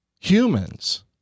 humans